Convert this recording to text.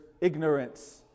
ignorance